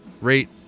Rate